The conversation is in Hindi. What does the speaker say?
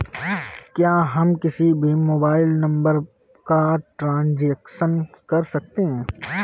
क्या हम किसी भी मोबाइल नंबर का ट्रांजेक्शन कर सकते हैं?